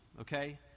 Okay